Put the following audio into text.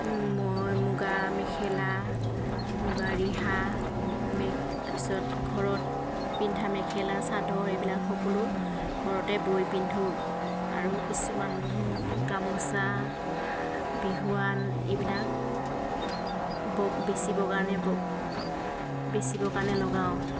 মই মুগা মেখেলা মুগা ৰিহা মে তাৰ পিছত ঘৰত পিন্ধা মেখেলা চাদৰ এইবিলাক সকলো ঘৰতে বৈ পিন্ধোঁ আৰু কিছুমান গামোচা বিহুৱান এইবিলাক ব বেচিবৰ কাৰণে ব বেচিবৰ কাৰণে লগাওঁ